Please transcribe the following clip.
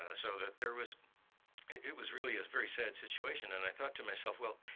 ah so that there was it was really a very said situation. and i thought to myself, well,